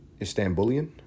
Istanbulian